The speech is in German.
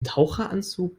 taucheranzug